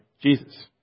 Jesus